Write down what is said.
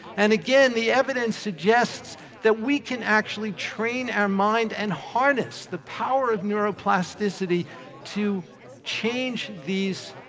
and, again, the evidence suggests that we can actually train our mind and harness the power of neuroplasticity to change these